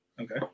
Okay